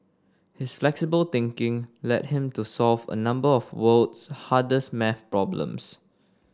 his flexible thinking led him to solve a number of the world's hardest math problems